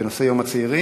בנושא יום הצעירים.